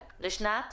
לשנים?